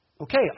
Okay